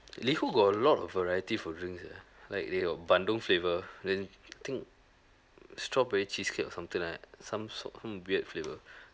liho got a lot of variety of drink eh like they got bandung flavour then I think strawberry cheesecake or something like th~ some sort some weird flavour